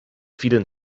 vielen